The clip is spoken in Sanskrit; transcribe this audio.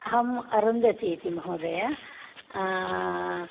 अहम् अरुन्धती इति महोदय